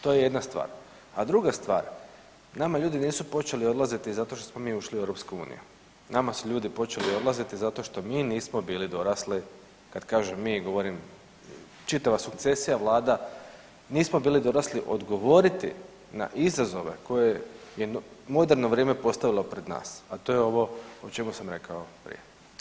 To je jedan stvar, a druga stvar nama ljudi nisu počeli odlaziti zato što smo mi ušli u EU, nama su ljudi počeli odlaziti zato što mi nismo bili dorasli, kad kažem mi govorim čitava sukcesija, vlada, nismo bili dorasli odgovoriti na izazove koje je jedno moderno vrijeme postavilo pred nas, a to je ovo o čemu sam rekao prije.